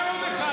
הינה עוד אחד,